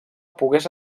pogués